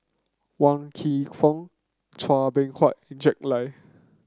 Wan Kam Fook Chua Beng Huat Jack Lai